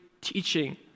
teaching